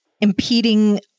impeding